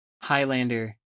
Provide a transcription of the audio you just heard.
Highlander